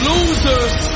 Losers